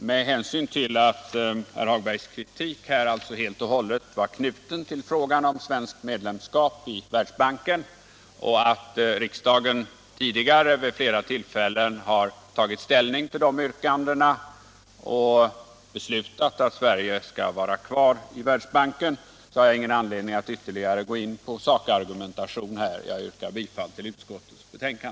Med hänsyn till att herr Hagbergs kritik sålunda helt och hållet var knuten till frågan om svenskt medlemskap i Världsbanken och att riksdagen tidigare vid flera tillfällen har tagit ställning till de yrkandena och beslutat att Sverige skall vara kvar i Världsbanken, har jag ingen anledning att ytterligare gå in på sakargumentation. Jag yrkar bifall till utskottets hemställan.